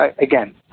again